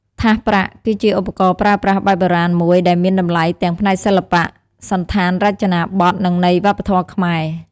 ថាសប្រាក់ គឺជាឧបករណ៍ប្រើប្រាស់បែបបុរាណមួយដែលមានតម្លៃទាំងផ្នែកសិល្បៈ សណ្ឋានរចនាបថ និងន័យវប្បធម៌ខ្មែរ។